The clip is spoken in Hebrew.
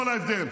חברי הכנסת,